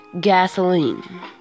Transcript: gasoline